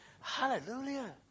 hallelujah